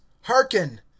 hearken